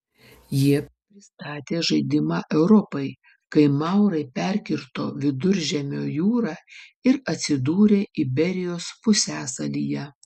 jie pristatė žaidimą europai kai maurai perkirto viduržemio jūrą ir atsidūrė iberijos pusiasalyje